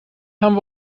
haben